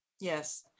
Yes